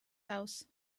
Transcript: house